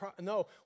no